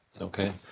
Okay